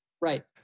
Right